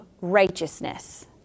righteousness